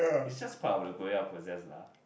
it's just part of the growing up process lah